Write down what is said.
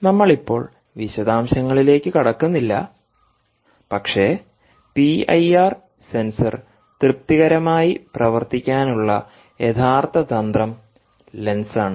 നമ്മൾ ഇപ്പോൾ വിശദാംശങ്ങളിലേക്ക് കടക്കുന്നില്ല പക്ഷേ പി ഐ ആർ സെൻസർ തൃപ്തികരമായി പ്രവർത്തിക്കാനുള്ള യഥാർത്ഥ തന്ത്രം ലെൻസ് ആണ്